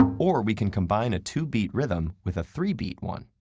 or or we can combine a two beat rhythm with a three beat one.